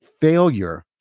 failure